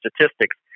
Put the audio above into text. statistics